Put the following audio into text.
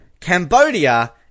Cambodia